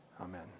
Amen